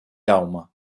jaume